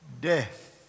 death